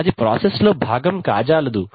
అది ప్రాసెస్ లో భాగం కాజాలదు